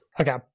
Okay